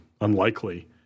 unlikely